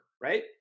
right